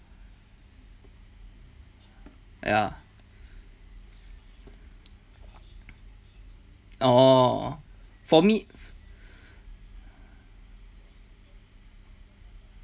ya orh for me